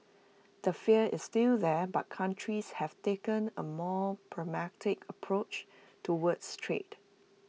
the fear is still there but countries have taken A more pragmatic approach towards trade